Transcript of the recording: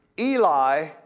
Eli